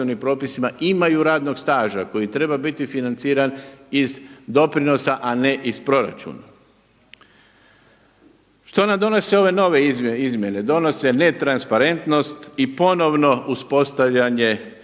propisima imaju radnog staža koji treba biti financiran iz doprinosa a ne iz proračuna. Što nam donose ove nove izmjene? Donose ne transparentnost i ponovno uspostavljanje